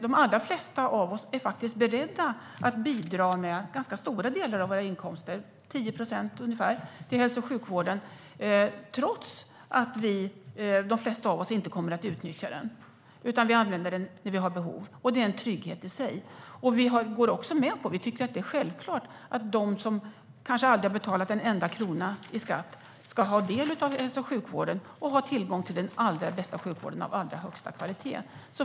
De allra flesta av oss är beredda att bidra med ganska stora delar av våra inkomster - ungefär 10 procent - till hälso och sjukvården trots att de flesta av oss inte kommer att utnyttja den, utan vi vänder oss till den när vi har behov, och det är en trygghet i sig. Vi tycker att det är självklart att de som kanske aldrig har betalat en enda krona i skatt ska få del av hälso och sjukvården och ha tillgång till den allra bästa sjukvården av allra högsta kvalitet.